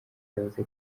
yavuze